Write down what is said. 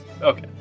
Okay